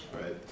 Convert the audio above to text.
Right